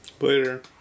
Later